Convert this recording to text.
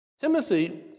Timothy